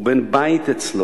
הוא היה בן בית אצלו.